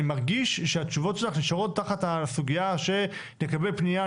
אני מרגיש שהתשובות שלך נשארות תחת הסוגיה שנקבל פנייה,